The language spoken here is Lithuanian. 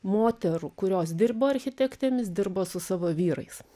moterų kurios dirbo architektėmis dirbo su savo vyrais